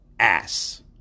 ass